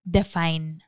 define